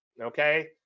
okay